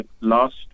last